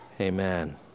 Amen